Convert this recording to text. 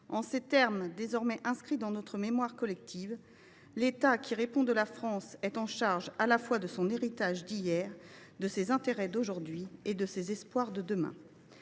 en ces termes, désormais inscrits dans notre mémoire collective :« aussi l’État, qui répond de la France, est il en charge, à la fois, de son héritage d’hier, de ses intérêts d’aujourd’hui et de ses espoirs de demain